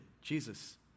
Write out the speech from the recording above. Jesus